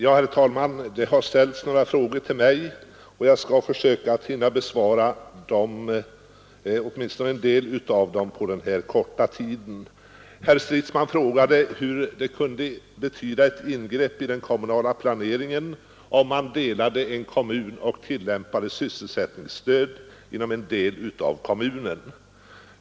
Fru talman! Det har ställts några frågor till mig och jag skall försöka besvara en del av dem på den korta tid jag har till mitt förfogande. Herr Stridsman frågade hur det kunde vara ett ingrepp i den kommunala planeringen om en kommun delades och man tillämpade sysselsättningsstöd inom den ena delen.